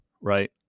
right